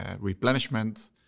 replenishment